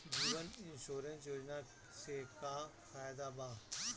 जीवन insurance योजना से का फायदा बा?